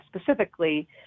specifically